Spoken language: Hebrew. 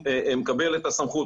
מקבל את הסמכות,